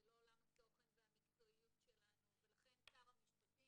זה לא עולם התוכן והמקצועיות שלנו ולכן שר המשפטים,